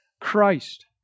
Christ